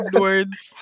words